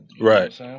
Right